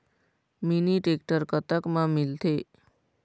Mini tractor कतक म मिलथे?